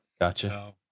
gotcha